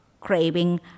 craving